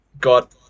got